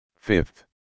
Fifth